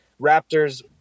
Raptors